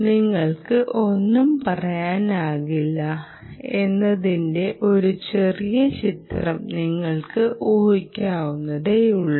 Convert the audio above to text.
നിങ്ങൾക്ക് ഒന്നും പറയാനാകില്ല എന്നതിന്റെ ഒരു ചെറിയ ചിത്രം നിങ്ങൾക്ക് ഊഹിക്കാവുന്നതേയുള്ളൂ